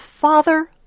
father